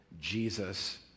Jesus